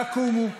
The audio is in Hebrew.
תקומו ותעשו.